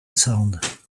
sound